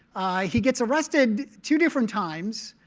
he gets arrested two different times.